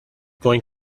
going